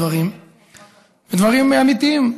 דברים אמיתיים,